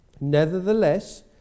Nevertheless